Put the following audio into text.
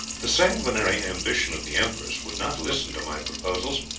the sanguinary ambition of the empress would not listen to my proposals,